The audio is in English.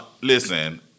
listen